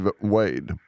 Wade